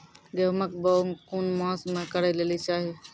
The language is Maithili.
गेहूँमक बौग कून मांस मअ करै लेली चाही?